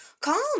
calm